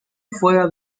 fuera